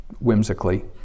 whimsically